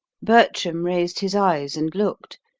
bertram raised his eyes and looked.